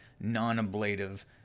non-ablative